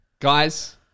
Guys